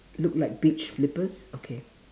look like beach slippers okay